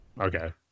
Okay